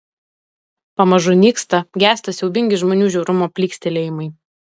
pamažu nyksta gęsta siaubingi žmonių žiaurumo plykstelėjimai